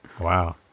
Wow